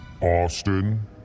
Austin